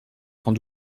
sans